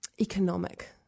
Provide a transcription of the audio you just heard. economic